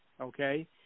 okay